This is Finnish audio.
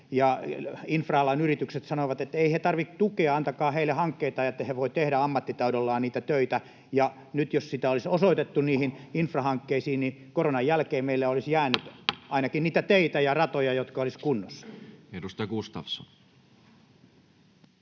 infra-alan yritykset sanoivat, etteivät he tarvitse tukea, antakaa heille hankkeita, että he voivat tehdä ammattitaidollaan niitä töitä. Ja nyt jos sitä olisi osoitettu niihin infrahankkeisiin, koronan jälkeen meille olisi jäänyt ainakin niitä teitä ja ratoja, jotka olisivat kunnossa. [Speech 400]